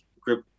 grip